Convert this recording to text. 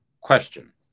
question